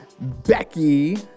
Becky